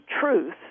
truth